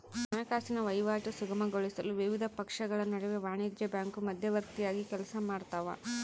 ಹಣಕಾಸಿನ ವಹಿವಾಟು ಸುಗಮಗೊಳಿಸಲು ವಿವಿಧ ಪಕ್ಷಗಳ ನಡುವೆ ವಾಣಿಜ್ಯ ಬ್ಯಾಂಕು ಮಧ್ಯವರ್ತಿಯಾಗಿ ಕೆಲಸಮಾಡ್ತವ